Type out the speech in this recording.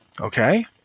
Okay